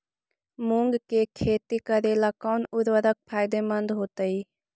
मुंग के खेती करेला कौन उर्वरक फायदेमंद होतइ?